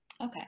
Okay